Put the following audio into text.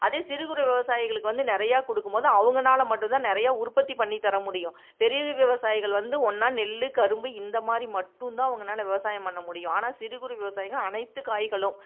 அதே சிறு குறு விவசாயிகளுக்கு வந்து நிறையா கொடுக்கும்போது அவங்கனால மட்டும்தான் நிறையா உற்பத்தி பண்ணித் தர முடியும் பெரிய விவசாயிகள் வந்து ஒன்றா நெல் கரும்பு இந்தமாதிரி மட்டுந்தான் அவங்கனால விவசாயம் பண்ண முடியும் ஆனால் சிறு குறு விவசாயிங்க அனைத்து காய்களும்